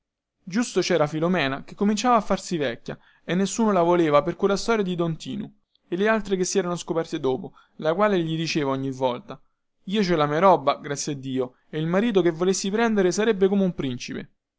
giusto cera filomena che cominciava a farsi vecchia e nessuno la voleva per quella storia di don tinu e le altre che si erano scoperte dopo la quale gli diceva ogni volta io ci ho la mia roba grazie a dio e il marito che volessi prendere starebbe come un principe